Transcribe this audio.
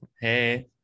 Hey